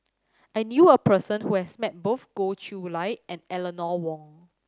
I knew a person who has met both Goh Chiew Lye and Eleanor Wong